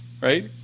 Right